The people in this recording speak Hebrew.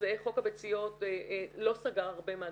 חוק הביציות לא סגר הרבה מהדברים.